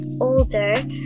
older